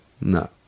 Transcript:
No